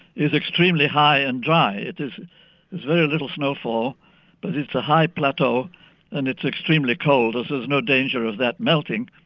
is extremely high and dry. it has very little snowfall but it's a high plateau and it's extremely cold, so there's no danger of that melting.